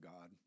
God